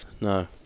no